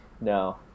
no